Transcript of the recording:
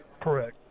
Correct